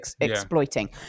exploiting